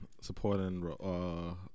supporting